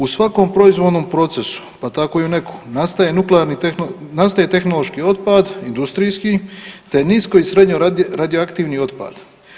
U svakom proizvodnom procesu, pa tako u NEK-u nastaje tehnološki otpad industrijski te nisko i srednje radioaktivni otpad.